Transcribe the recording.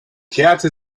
kehrte